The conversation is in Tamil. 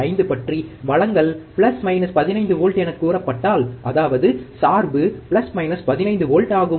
5 பற்றி வழங்கல் பிளஸ் மைனஸ் 15 வோல்ட் என்று கூறப்பட்டால் அதாவது சார்பு பிளஸ் மைனஸ் 15 வோல்ட் ஆகும்